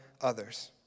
others